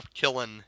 killing